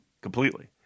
completely